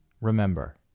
Remember